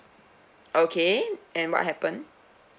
okay and what happened